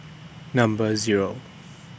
Number Zero